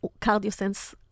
CardioSense